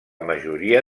majoria